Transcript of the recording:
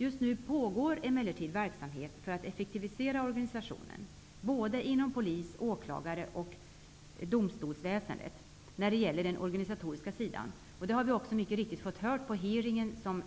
Just nu pågår emellertid verksamhet för att effektivisera organisationen, inom både polis, åklagar och domstolsväsendet när det gäller den organisatoriska sidan. Vi hörde det på hearingen, som